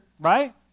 right